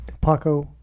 Paco